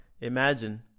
imagine